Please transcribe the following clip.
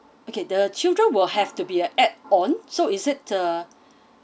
okay the children will have to be a add on so is it uh